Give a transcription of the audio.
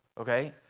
okay